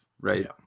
right